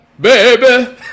Baby